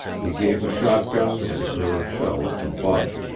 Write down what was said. he gave the shotgun and a pair of shells to bud.